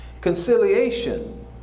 Conciliation